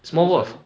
is circles better